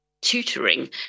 tutoring